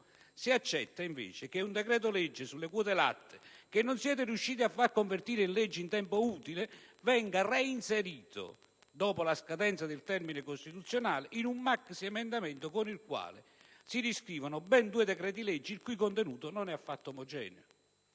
si accetta invece che un decreto-legge sulle quote latte, che non siete riusciti a far convertire in legge in tempo utile, venga reinserito, dopo la scadenza del termine costituzionalmente previsto, in un maxiemendamento con il quale si riscrivono ben due decreti-legge il cui contenuto non è affatto omogeneo.